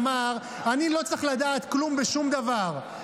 אמר: אני לא צריך לדעת כלום בשום דבר.